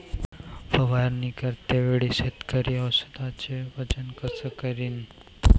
फवारणी करते वेळी शेतकरी औषधचे वजन कस करीन?